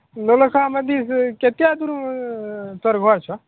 नौलखा मन्दिरसँ कतेक दूर तोहर घर छह